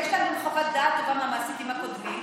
ויש להם גם חוות דעת טובה מהמעסיקים הקודמים,